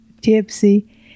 tipsy